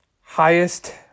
highest